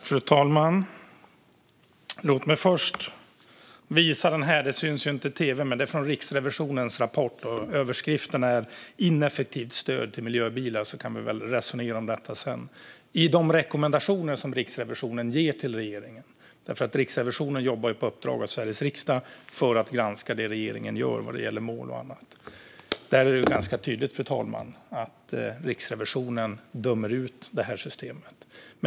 Fru talman! Låt mig först visa ministern denna rubrik i min mobiltelefon. Det kanske inte syns, men det är från Riksrevisionens rapport. Rubriken är "Ineffektivt stöd till miljöbilar" - vi kanske kan resonera om detta sedan. I de rekommendationer som Riksrevisionen ger till regeringen - Riksrevisionen jobbar ju på uppdrag av Sveriges riksdag med att granska det regeringen gör vad gäller mål och annat - är det ganska tydligt, fru talman, att Riksrevisionen dömer ut det här systemet.